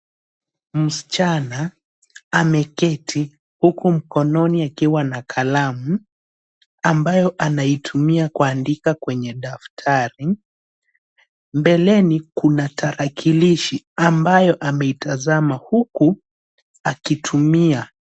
Msichana ameketi huku mkononi akiwa na kalamu ambayo anaitumia kuandika kwenye daftari, mbeleni kuna tarakilishi ambayo ameitazama huku akitumia.